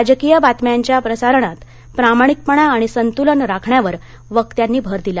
राजकीय बातम्यांच्या प्रसारणात प्रामाणिकपणा आणि संतुलन राखण्यावर वक्त्यांनी भर दिला